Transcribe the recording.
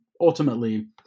Ultimately